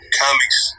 comics